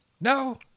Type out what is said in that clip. No